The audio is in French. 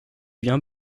bien